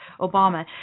Obama